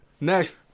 Next